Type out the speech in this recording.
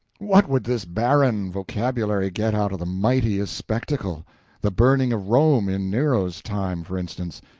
what would this barren vocabulary get out of the mightiest spectacle the burning of rome in nero's time, for instance?